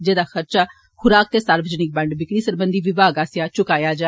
जेहृदा खर्चा खुराक ते सार्वजनिक बंड बिक्री सरबंधी विभाग आस्सेआ चुक्केआ जाग